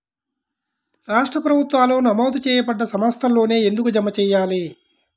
రాష్ట్ర ప్రభుత్వాలు నమోదు చేయబడ్డ సంస్థలలోనే ఎందుకు జమ చెయ్యాలి?